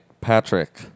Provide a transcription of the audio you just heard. Patrick